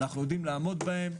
אנחנו יודעים לעמוד בהם.